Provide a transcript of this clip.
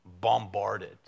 Bombarded